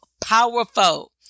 Powerful